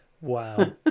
Wow